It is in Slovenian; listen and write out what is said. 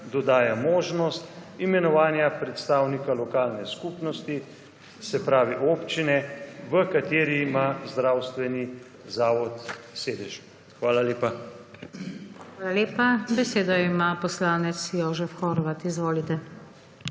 dodaja možnost imenovanja predstavnika lokalne skupnosti, se pravi občine, v kateri ima zdravstveni zavod sedež.« Hvala lepa. **PODPREDSEDNICA NATAŠA SUKIČ:** Hvala lepa. Besedo ima poslanec Jožef Horvat. Izvolite.